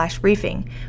briefing